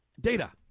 data